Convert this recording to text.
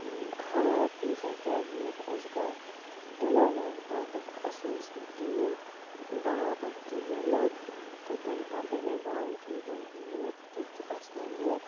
خَراب پیٖزا کیٛازِ ووت اَسہِ گَرٕ تِمو ووٚن پَتہٕ دوٚپُکھ اَسہِ اوس نہٕ تیٖل بَرابَر کِہیٖنۍ نہٕ تہٕ تمہِ پَتہٕ تیٚمے باوجوٗدَن ووت تیُتھُ اَسہِ وَنۍ یہِ